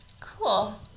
Cool